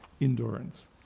endurance